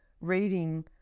reading